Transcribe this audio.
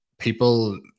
people